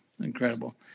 incredible